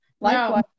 Likewise